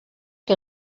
que